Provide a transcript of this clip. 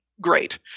great